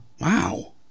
Wow